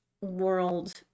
world